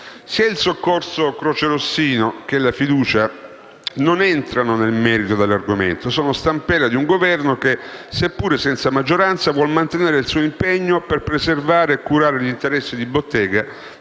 Sia il soccorso crocerossino che la fiducia posta dal Governo non entrano nel merito dell'argomento. Sono stampella di un Governo che, seppur senza maggioranza, vuol mantenere il suo impegno per preservare e curare gli interessi di bottega